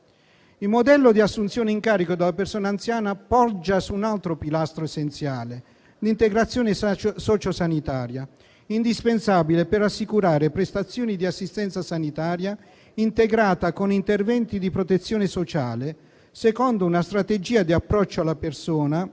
Il modello di assunzione in carico della persona anziana poggia su un altro pilastro essenziale: l'integrazione socio sanitaria, indispensabile per assicurare prestazioni di assistenza sanitaria integrata con interventi di protezione sociale, secondo una strategia di approccio alla persona